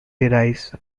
derives